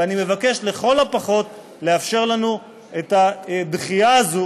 ואני מבקש לכל הפחות לאפשר לנו את הדחייה הזאת